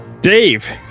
Dave